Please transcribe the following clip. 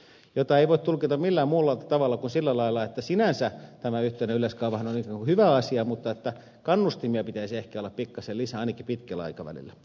tätä ei voi tulkita millään muulla tavalla kuin sillä lailla että sinänsä tämä yhteinen yleiskaavahan on hyvä asia mutta kannustimia pitäisi ehkä olla pikkasen lisää ainakin pitkällä aikavälillä